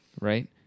right